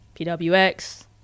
PWX